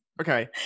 Okay